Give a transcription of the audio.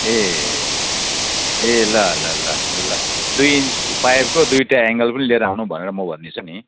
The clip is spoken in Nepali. ए ए ल ल ल ल दुई इन्च पाइपको दुइवटा एङ्गल पनि लिएर आउनु भनेर म भनिदिन्छु नि